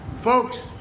Folks